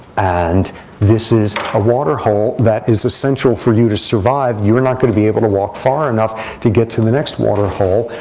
and this is a water hole that is essential for you to survive. you are not going to be able to walk far enough to get to the next water hole.